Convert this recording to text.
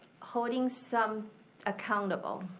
holding some accountable.